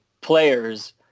players